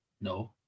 No